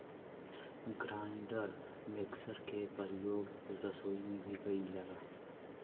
grinder mixer के परियोग रसोई में भी कइल जाला